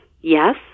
Yes